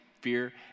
fear